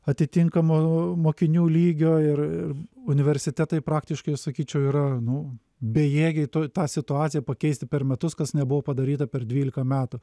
atitinkamo mokinių lygio ir universitetai praktiškai sakyčiau yra nu bejėgiai tuoj tą situaciją pakeisti per metus kas nebuvo padaryta per dvylika metų